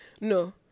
No